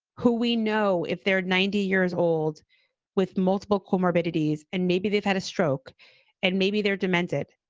who we know if they're ninety years old with multiple co-morbidities and maybe they've had a stroke and maybe they're demented.